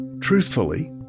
Truthfully